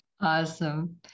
Awesome